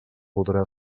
podrà